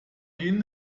ihnen